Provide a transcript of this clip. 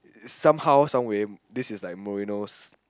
somehow someway this is like Mourinho's